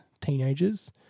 teenagers